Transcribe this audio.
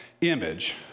image